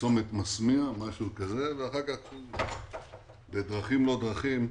צומת מסמיע ואחר-כך בדרכים לא דרכים.